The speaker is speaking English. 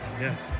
Yes